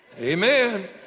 Amen